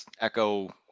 echo